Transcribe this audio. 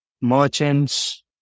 Merchants